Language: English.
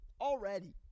Already